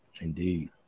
Indeed